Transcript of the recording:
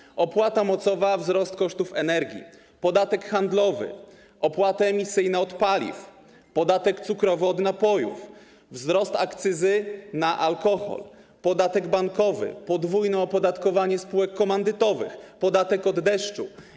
Wymienię opłatę mocową, wzrost kosztów energii, podatek handlowy, opłatę emisyjną od paliw, podatek cukrowy od napojów, wzrost akcyzy na alkohol, podatek bankowy, podwójne opodatkowanie spółek komandytowych, podatek od deszczu.